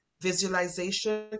Visualization